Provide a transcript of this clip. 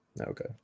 Okay